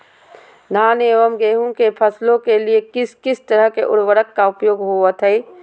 धान एवं गेहूं के फसलों के लिए किस किस तरह के उर्वरक का उपयोग होवत है?